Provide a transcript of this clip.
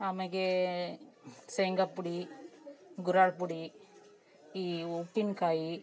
ಆಮ್ಯಾಗೇ ಶೇಂಗಾ ಪುಡಿ ಗುರೆಳ್ ಪುಡಿ ಈ ಉಪ್ಪಿನಕಾಯಿ